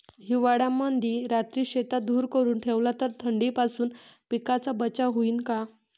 हिवाळ्यामंदी रात्री शेतात धुर करून ठेवला तर थंडीपासून पिकाचा बचाव होईन का?